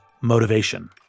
motivation